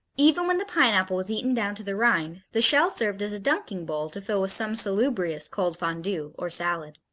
even when the pineapple was eaten down to the rind the shell served as a dunking bowl to fill with some salubrious cold fondue or salad.